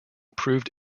proved